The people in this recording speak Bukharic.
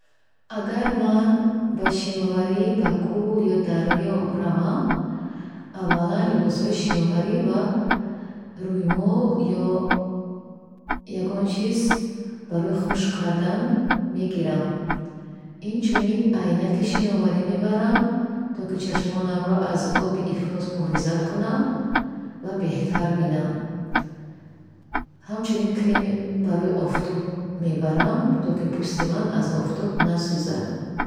Агар ман ба шиноварӣ ба кӯл ё дарё равам, аввалан либоси шиноварӣ ва рӯймол ё ягон чиз барои хушк кардан мегирам. Инчунин айнаки шиноварӣ мебарам, то ки чашмонамро аз оби ифлос муҳофизат кунам ва беҳтар бинам. Ҳамчунин креми барои офтоб мебарам, то ки пӯсти ман аз офтоб насӯзад.